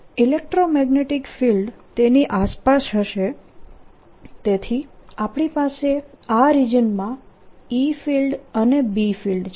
electromagnetic field તેની આસપાસ હશે તેથી આપણી પાસે આ રિજન માં E ફિલ્ડ અને B ફિલ્ડ છે